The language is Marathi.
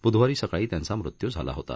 बुधवारी सकाळी त्यांचा मृत्यू झाला होता